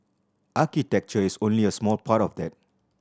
architecture is only a small part of that